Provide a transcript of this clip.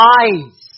eyes